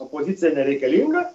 opozicija nereikalinga